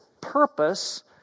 purpose